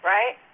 Right